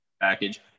package